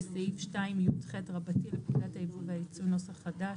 סעיף 2יח לפקודת היבוא והיצוא (נוסח חדש),